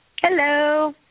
Hello